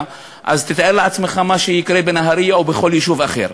תתאר לעצמך מה שיקרה בנהריה או בכל יישוב אחר.